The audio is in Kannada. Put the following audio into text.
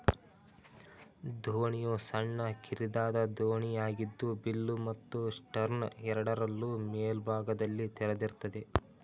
ದೋಣಿಯು ಸಣ್ಣ ಕಿರಿದಾದ ದೋಣಿಯಾಗಿದ್ದು ಬಿಲ್ಲು ಮತ್ತು ಸ್ಟರ್ನ್ ಎರಡರಲ್ಲೂ ಮೇಲ್ಭಾಗದಲ್ಲಿ ತೆರೆದಿರ್ತದೆ